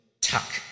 Tuck